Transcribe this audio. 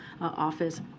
office